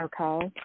Okay